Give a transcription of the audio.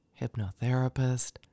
hypnotherapist